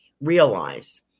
realize